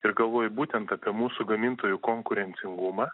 ir galvoju būtent apie mūsų gamintojų konkurencingumą